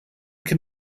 can